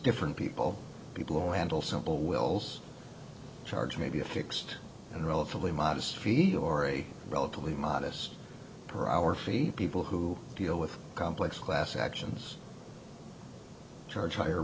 different people people who handle simple wills charge maybe a fixed and relatively modest fee or a relatively modest per hour free people who deal with complex class actions charge higher